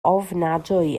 ofnadwy